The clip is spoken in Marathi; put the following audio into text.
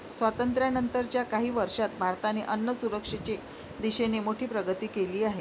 स्वातंत्र्यानंतर च्या काही वर्षांत भारताने अन्नसुरक्षेच्या दिशेने मोठी प्रगती केली आहे